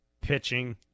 pitching –